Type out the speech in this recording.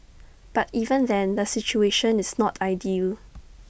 but even then the situation is not ideal